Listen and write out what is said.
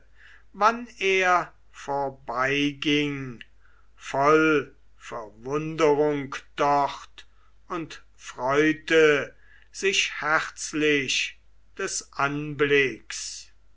wann er vorbeiging voll verwunderung dort und freute sich herzlich des anblicks